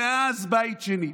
מאז בית שני,